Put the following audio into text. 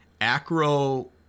Acro